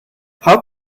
how